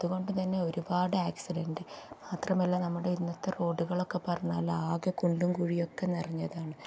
അതുകൊണ്ട് തന്നെ ഒരുപാട് ആക്സിഡൻറ് മാത്രമല്ല നമ്മുടെ ഇന്നത്തെ റോഡുകളൊക്കെ പറഞ്ഞാൽ ആകെ കുണ്ടും കുഴിയൊക്കെ നിറഞ്ഞതാണ്